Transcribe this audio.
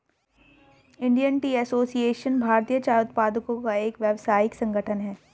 Indian tea association भारतीय चाय उत्पादकों का एक व्यावसायिक संगठन है